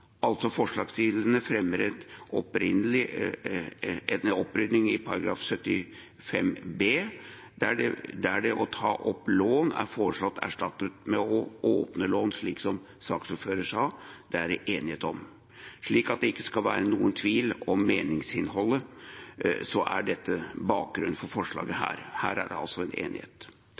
75 b, der det «å ta opp lån» er foreslått erstattet med «å åpne lån», slik saksordføreren sa, slik at det ikke skal være noen tvil om meningsinnholdet. Det er det enighet om. Dette er bakgrunnen for dette forslaget, som Arbeiderpartiet, Senterpartiet og SV i nåværende kontroll- og konstitusjonskomité altså støtter. Men vi får altså heller ikke til det på en